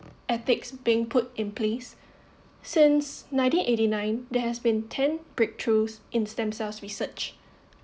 ethics being put in place since nineteen eighty nine there has been ten breakthroughs in stem cells research